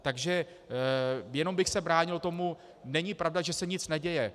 Takže jenom bych se bránil tomu, není pravda, že se nic neděje.